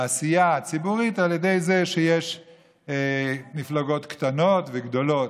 יכול להיות שותף בעשייה הציבורית על ידי זה שיש מפלגות קטנות וגדולות.